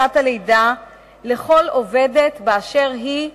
חופשת הלידה לכל עובדת באשר היא,